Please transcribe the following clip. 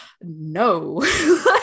no